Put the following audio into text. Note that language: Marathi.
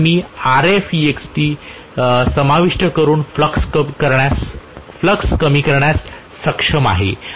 तर मी If कमी करू शकणार आहेतर मी समाविष्ट करून फ्लक्स कमी करण्यास सक्षम आहे